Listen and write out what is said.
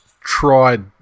tried